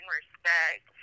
respect